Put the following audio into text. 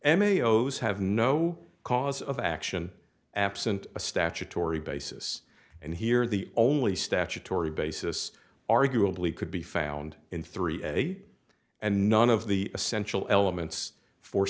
o's have no cause of action absent a statutory basis and here the only statutory basis arguably could be found in three a and none of the essential elements for